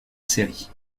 série